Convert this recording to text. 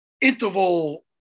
interval